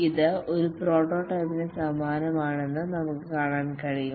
ഇത് ഒരു പ്രോട്ടോടൈപ്പിന് സമാനമാണെന്ന് നമുക്ക് കാണാൻ കഴിയും